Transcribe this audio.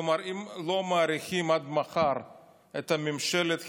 כלומר, אם לא מאריכים עד מחר את ממשלת החירום,